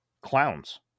clowns